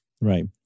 Right